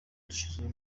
dushyizeho